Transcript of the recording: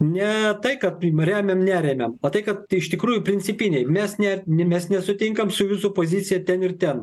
ne tai kad remiam neremiam o tai kad iš tikrųjų principiniai mes ne mes nesutinkam su jūsų pozicija ten ir ten